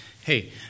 hey